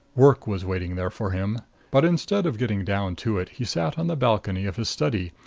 work was waiting there for him but instead of getting down to it, he sat on the balcony of his study,